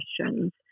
questions